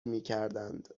میکردند